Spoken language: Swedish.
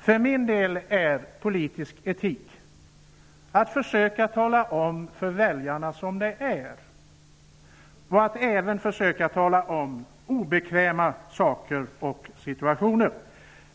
För mig är politisk etik att försöka tala om för väljarna hur det är, och att även försöka tala om obekväma saker och situationer.